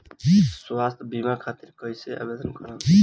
स्वास्थ्य बीमा खातिर कईसे आवेदन करम?